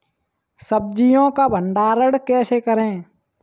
सब्जियों का भंडारण कैसे करें?